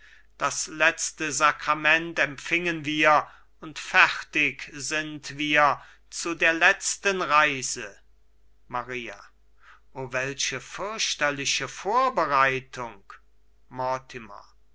das letzte sakrament empfingen wir und fertig sind wir zu der letzten reise maria o welche fürchterliche vorbereitung